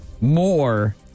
more